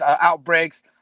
outbreaks